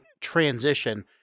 Transition